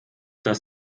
dass